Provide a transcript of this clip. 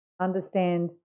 Understand